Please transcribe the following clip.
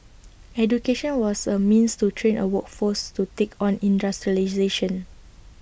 education was A means to train A workforce to take on industrialisation